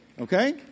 Okay